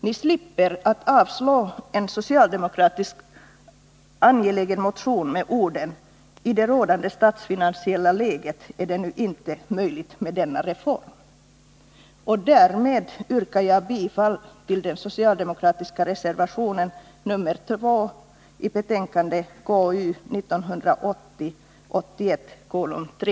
Ni slipper att avslå en angelägen socialdemokratisk motion med orden ”i det rådande statsfinansiella läget är det nu inte möjligt med denna reform”. Därmed yrkar jag bifall till den socialdemokratiska reservationen 2 i konstitutionsutskottets betänkande 1980/81:3.